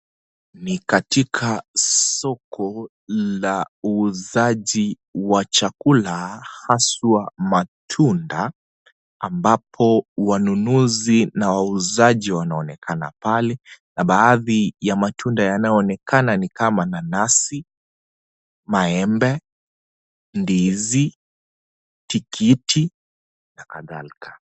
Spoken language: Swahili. Ni katika soko la uuxaji wa chakula aswa matunda ambapo wanunuzi na Wauzaji wanaonekana pale, na baadhi ya matunda yanayo onekana pale ni kama nanasi, maembe, ndzi, tikiti na kadhalika.